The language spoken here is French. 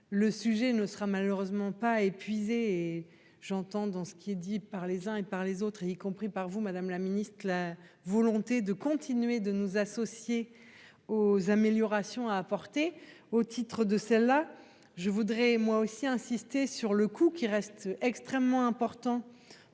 Le sujet ne sera malheureusement pas épuisé et j'entends dans ce qui est dit par les uns et par les autres et y compris par vous Madame la Ministre de la volonté de continuer de nous associer aux améliorations à apporter au titre de celle-là. Je voudrais moi aussi insisté sur le coup qui reste extrêmement important